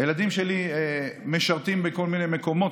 הילדים שלי משרתים בכל מיני מקומות,